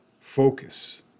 focus